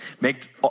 make